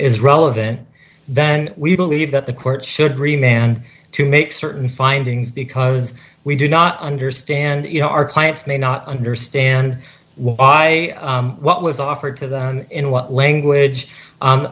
is relevant then we believe that the court should remain and to make certain findings because we do not understand you know our clients may not understand why what was offered to them in what language